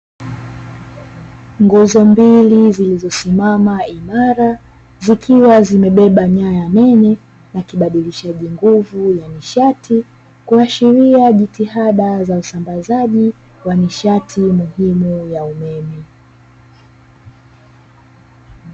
Nguzo mbili zilizosimama imara zikiwa zimebeba nyaya nene na kibadilisha nguvu ya nishati, Kuashiria jitihada za usambazaji wa nishati muhimu ya umeme.